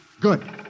Good